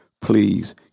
please